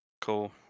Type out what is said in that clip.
cool